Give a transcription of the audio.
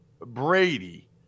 Brady